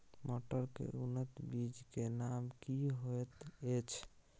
मटर के उन्नत बीज के नाम की होयत ऐछ?